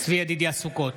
צבי ידידיה סוכות,